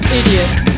idiots